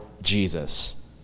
Jesus